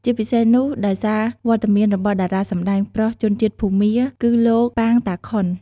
ជាពិសេសនោះដោយសារវត្តមានរបស់តារាសម្តែងប្រុសជនជាតិភូមា គឺលោក ប៉ាង តាខុន ។